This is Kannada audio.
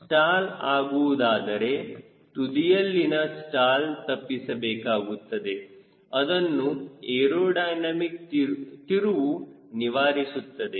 ಸ್ಟಾಲ್ ಆಗುವುದಾದರೆ ತುದಿಯಲ್ಲಿನ ಸ್ಟಾಲ್ ತಪ್ಪಿಸ ಬೇಕಾಗುತ್ತದೆ ಅದನ್ನು ಏರೋಡೈನಮಿಕ್ ತಿರುವು ನಿವಾರಿಸುತ್ತದೆ